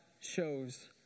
shows